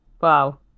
wow